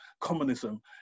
communism